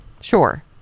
Sure